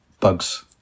bugs